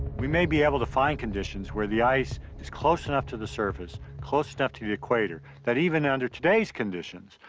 we may be able to find conditions where the ice is close enough to the surface, close enough to the equator, that even under today's conditions,